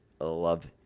love